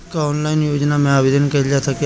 का ऑनलाइन योजना में आवेदन कईल जा सकेला?